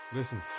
Listen